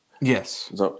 yes